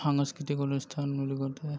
সাংস্কৃতিক অনুষ্ঠান বুলি কওঁতে